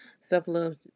self-love